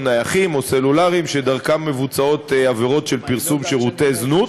נייחים או סלולריים שדרכם מבוצעות עבירות של פרסום שירותי זנות,